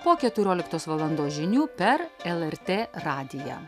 po keturioliktos valandos žinių per lrt radiją